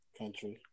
country